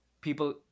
People